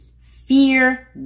Fear